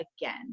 again